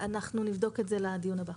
אני כבעל מוסך אומר לך שכל הצעת מחיר,